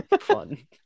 Fun